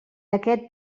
aquest